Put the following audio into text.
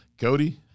Cody